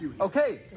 Okay